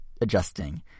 adjusting